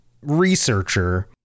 researcher